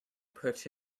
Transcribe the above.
put